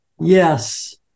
Yes